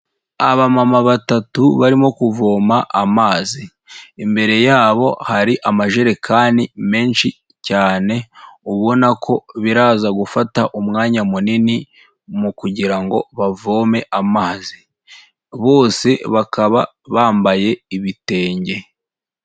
Abamama batatu barimo kuvoma amazi, imbere yabo hari amajerekani menshi cyane ubona ko biraza gufata umwanya munini mu kugira ngo bavome amazi, bose bakaba bambaye ibitenge.